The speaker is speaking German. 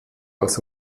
als